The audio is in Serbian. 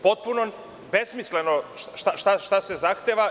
Potpuno je besmisleno šta se zahteva.